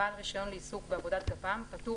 בעל רישיון לעיסוק בעבודת גפ"מ פטור